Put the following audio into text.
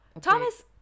Thomas